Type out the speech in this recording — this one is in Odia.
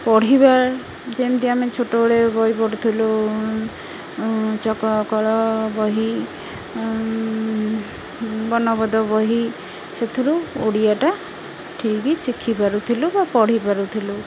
ପଢ଼ିବା ଯେମିତି ଆମେ ଛୋଟବେଳେ ବହି ପଢ଼ୁଥିଲୁ ଚକ କଳ ବହି ବର୍ଣ୍ଣବୋଧ ବହି ସେଥିରୁ ଓଡ଼ିଆଟା ଠିକି ଶିଖି ପାରୁଥିଲୁ ବା ପଢ଼ି ପାରୁଥିଲୁ